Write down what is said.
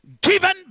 given